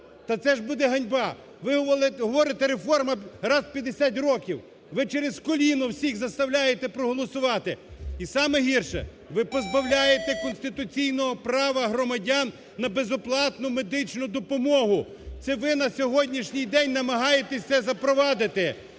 Та це ж буде ганьба! Ви говорите, реформа раз в п'ятдесят років. Ви через коліно всіх заставляєте проголосувати. І саме гірше, ви позбавляєте конституційного права громадян на безоплатну медичну допомогу, це ви на сьогоднішній день намагаєтеся запровадити.